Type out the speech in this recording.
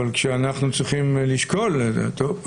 אבל כשאנחנו צריכים לשקול טוב,